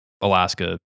Alaska